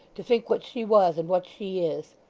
to think what she was and what she is.